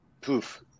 poof